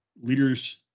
leaders